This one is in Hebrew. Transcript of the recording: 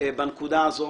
בנקודה הזו